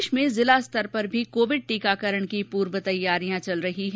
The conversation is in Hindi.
प्रदेश में जिला स्तर पर भी कोविड टीकाकरण की पूर्व तैयारियां चल रही है